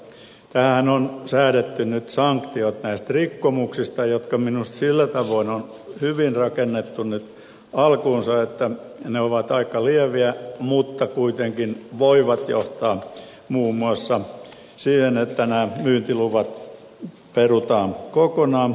tähän on säädetty nyt sanktiot näistä rikkomuksista jotka minusta sillä tavoin on hyvin rakennettu nyt alkuunsa että ne ovat aika lieviä mutta kuitenkin voivat johtaa muun muassa siihen että nämä myyntiluvat perutaan kokonaan